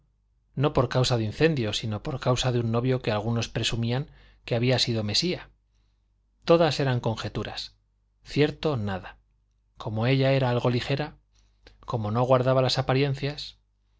no por causa de incendio sino por causa de un novio que algunos presumían que había sido mesía todas eran conjeturas cierto nada como ella era algo ligera como no guardaba las apariencias